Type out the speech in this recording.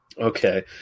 Okay